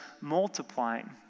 multiplying